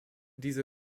diese